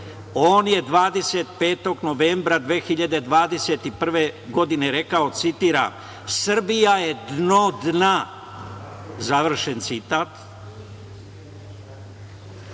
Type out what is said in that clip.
On je 25. novembra 2021. godine rekao, citiram: „Srbija je dno dna.“, završen citat,